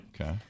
Okay